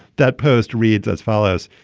that post reads as follows.